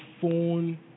phone